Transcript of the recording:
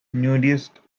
nudist